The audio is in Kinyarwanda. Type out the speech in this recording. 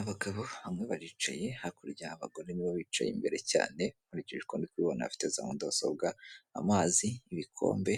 Abagabo bamwe baricaye hakurya abagore ni bo bicaye imbere cyane, nkurikije ndabona bafite za mudasobwa, amazi y'ibikombe